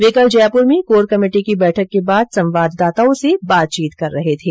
वे कल जयपुर में core committee की बैठक के बाद संवाददाताओं से बातचीत कर रहे थे